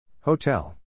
Hotel